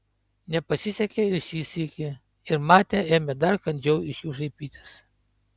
nepasisekė ir šį sykį ir matė ėmė dar kandžiau iš jų šaipytis